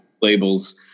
labels